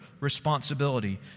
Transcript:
responsibility